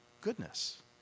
goodness